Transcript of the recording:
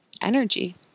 energy